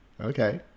Okay